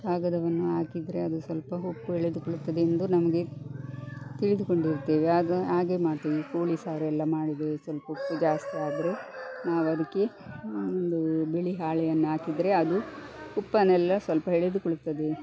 ಕಾಗದವನ್ನು ಹಾಕಿದ್ರೆ ಅದು ಸ್ವಲ್ಪ ಉಪ್ಪು ಎಳೆದುಕೊಳ್ತದೆ ಎಂದು ನಮಗೆ ತಿಳಿದುಕೊಂಡಿದ್ದೇವೆ ಆಗ ಹಾಗೆ ಮಾಡ್ತೇವೆ ಈ ಕೋಳಿ ಸಾರೆಲ್ಲ ಮಾಡಿದರೆ ಸ್ವಲ್ಪ ಉಪ್ಪು ಜಾಸ್ತಿ ಆದರೆ ನಾವದಕ್ಕೆ ಒಂದು ಬಿಳಿ ಹಾಳೆಯನ್ನು ಹಾಕಿದ್ರೆ ಅದು ಉಪ್ಪನ್ನೆಲ್ಲ ಸ್ವಲ್ಪ ಎಳೆದುಕೊಳ್ತದೆ